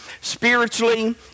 spiritually